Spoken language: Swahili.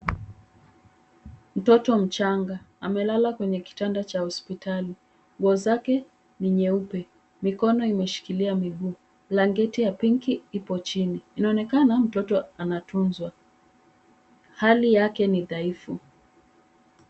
Mtoto mchanga, amelala kwenye kitanda cha hospitali, nguo zake ni nyeupe, mikono imeshikilia miguu, blanketi ya pinki ipo chini, inaonekana mtoto anatunzwa, hali yake ni dhaifu.